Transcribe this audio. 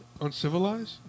Uncivilized